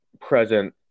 present